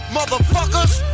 Motherfuckers